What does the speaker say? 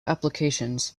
applications